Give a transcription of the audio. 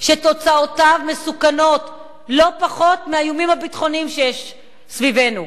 שתוצאותיו מסוכנות לא פחות מהאיומים הביטחוניים שיש סביבנו.